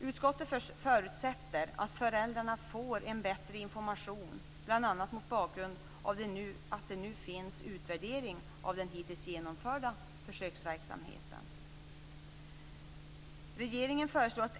Utskottet förutsätter att föräldrarna får en bättre information, bl.a. mot bakgrund av att det nu finns en utvärdering av den hittills genomförda försöksverksamheten.